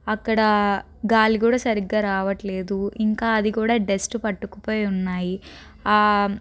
అక్కడ గాలి కూడా సరిగ్గా రావట్లేదు ఇంకా అది కూడా డస్ట్ పట్టుకుపోయి ఉన్నాయి